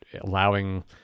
allowing